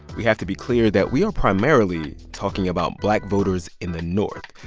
we have to be clear that we are primarily talking about black voters in the north.